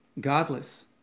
Godless